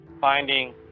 finding